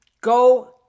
go